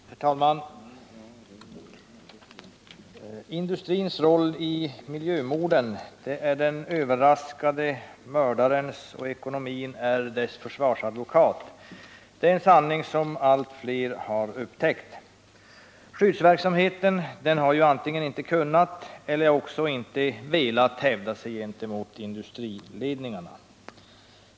Herr talman! Industrins roll i miljömorden är den överraskade mördarens, och ekonomin är dess försvarsadvokat. Det är en sanning som allt fler har upptäckt. Skyddsverksamheten har antingen inte kunnat eller inte velat hävda sig gentemot industriledningarna.